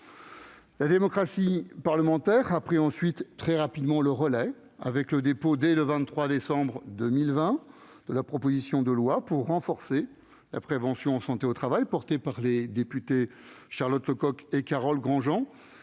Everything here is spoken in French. La démocratie parlementaire a ensuite pris très rapidement le relais, avec le dépôt, dès le 23 décembre 2020, de la proposition de loi pour renforcer la prévention en santé au travail, portée par les députés Charlotte Parmentier-Lecocq et Carole Grandjean,